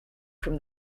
from